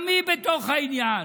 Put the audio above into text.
גם היא בתוך העניין.